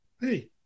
hey